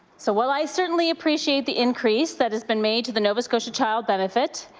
so what i certainly appreciate the increase that has been made to the nova scotia child benefit,